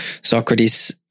Socrates